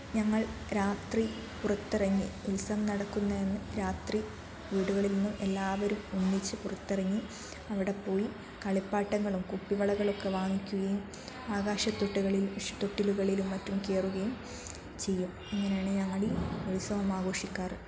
ഞങ്ങൾ രാത്രി പുറത്തിറങ്ങി ഉത്സവം നടക്കുന്ന അന്നു രാത്രി വീടുകളിൽ നിന്നും എല്ലാവരും ഒന്നിച്ച് പുറത്തിറങ്ങി അവിടെപ്പോയി കളിപ്പാട്ടങ്ങളും കുപ്പിവളകളുമൊക്കെ വാങ്ങിക്കുകയും ആകാശത്തൊട്ടിലുകളിലും മറ്റും കയറുകയും ചെയ്യും ഇങ്ങനെയാണ് ഞങ്ങൾ ഈ ഉത്സവം ആഘോഷിക്കാറ്